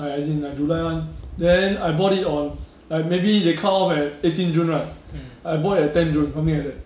ah as in like july [one] then I bought it on like maybe they cut off at eighteen june right I bought at ten june something like that